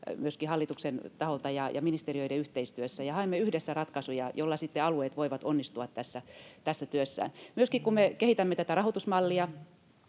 myöskin hallituksen taholta ja ministeriöiden yhteistyössä. Haemme yhdessä ratkaisuja, joilla sitten alueet voivat onnistua tässä työssään. Me kehitämme tätä rahoitusmallia.